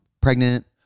pregnant